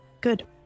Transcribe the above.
good